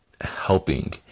helping